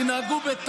אין בעיה, אין בעיה.